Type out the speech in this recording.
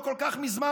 לא כל כך מזמן,